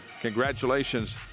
Congratulations